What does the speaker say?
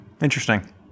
interesting